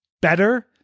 better